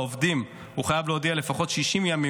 לעובדים הוא חייב להודיע לפחות 60 ימים